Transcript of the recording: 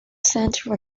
center